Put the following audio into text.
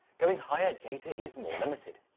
going higher, data is more limited.